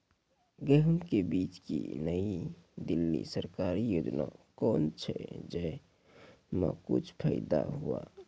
गेहूँ के बीज की नई दिल्ली सरकारी योजना कोन छ जय मां कुछ फायदा हुआ?